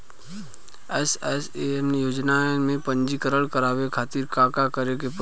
SMAM योजना में पंजीकरण करावे खातिर का का करे के पड़ी?